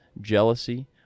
jealousy